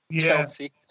Chelsea